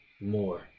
more